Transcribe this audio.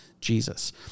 Jesus